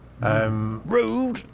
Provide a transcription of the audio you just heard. Rude